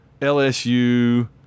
LSU